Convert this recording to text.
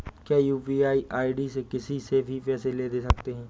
क्या UPI ID से किसी से भी पैसे ले दे सकते हैं?